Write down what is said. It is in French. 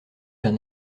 d’un